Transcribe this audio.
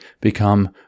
become